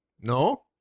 No